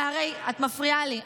לא סתם, את מפריעה לי.